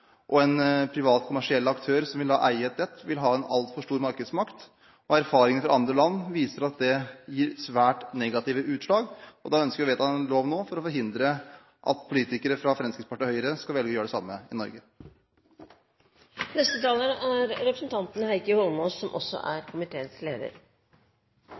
vil ha en altfor stor markedsmakt. Erfaringer fra andre land viser at det gir svært negative utslag, og derfor ønsker vi å vedta en lov nå for å forhindre at politikere fra Fremskrittspartiet og Høyre skal velge å gjøre det samme i Norge. Jeg tegnet meg også samtidig med representanten